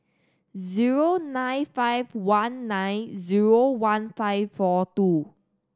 zero nine five one nine zero one five four two